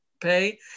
pay